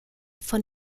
von